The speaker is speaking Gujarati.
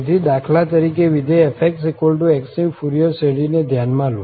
તેથી દાખલા તરીકે વિધેય fx ની ફુરિયર શ્રેઢીને ધ્યાનમાં લો